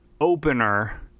opener